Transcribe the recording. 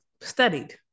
studied